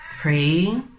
pray